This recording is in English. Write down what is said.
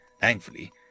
Thankfully